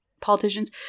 politicians